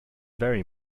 very